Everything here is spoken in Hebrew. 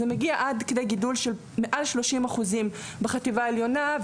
זה מגיע עד כדי גידול של מעל 30% בחטיבה העליונה,